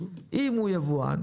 אם הוא יבואן,